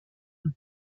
und